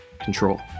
Control